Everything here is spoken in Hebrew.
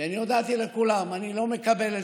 כי אני הודעתי לכולם שאני לא מקבל את